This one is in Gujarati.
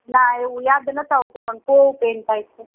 ના એવું યાદ નથી આવતું પણ થોડું પેઈન થાય છે